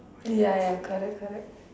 ya ya correct correct